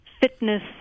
fitness